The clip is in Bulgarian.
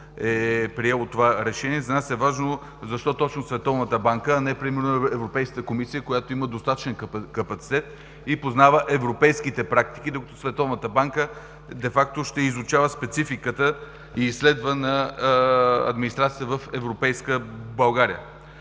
е приело това решение. За нас е важно защо точно Световната банка, а не примерно Европейската комисия, която има достатъчен капацитет и познава европейските практики, докато Световната банка де факто ще изучава спецификата и изследва администрацията в европейска България.